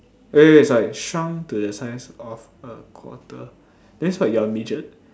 wait wait sorry shrunk to the size of a quarter that's what you are a midget